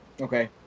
Okay